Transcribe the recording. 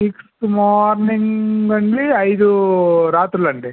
sixth morning నుంచి ఐదు రాత్రులండి